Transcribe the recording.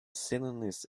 synonymous